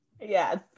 Yes